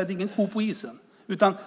är ingen ko på isen.